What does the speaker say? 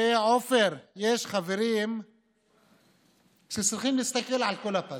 עופר, יש חברים שצריכים להסתכל על כל הפאזל.